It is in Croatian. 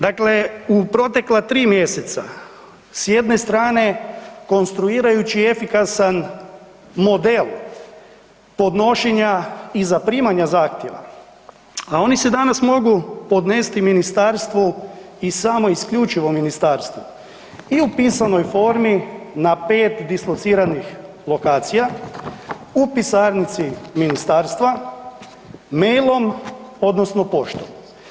Dakle u protekla 3 mjeseca, s jedne strane, konstruirajući efikasan model podnošenja i zaprimanja zahtjeva, a oni se danas mogu podnesti Ministarstvu i samo isključivo Ministarstvu, i u pisanoj formi na 5 dislociranih lokacija, u pisarnici Ministarstva, mailom, odnosno poštom.